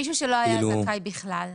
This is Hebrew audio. מישהו שלא היה זכאי בכלל,